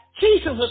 Jesus